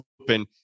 open